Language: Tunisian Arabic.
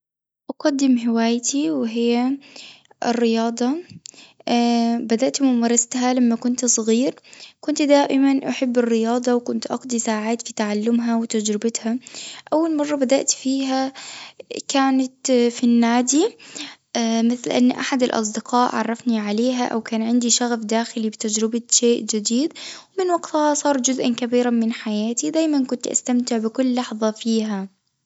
أقدم هوايتي وهي الرياضة، بدأت ممارستها لما كنت صغير كنت دائمًا أحب الرياضة وكنت أقضي ساعات في تعلمها وتجربتها، أول مرة بدأت فيها كانت في النادي مثل أن أحد الأصدقاء عرفني أو كان عندي شغف داخلي بتجربة شيء جديد، من وقتها صار جزء كبيرًا من حياتي، دايمًا كنت استمتع بكل لحظة فيها.